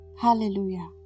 hallelujah